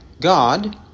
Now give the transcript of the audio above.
God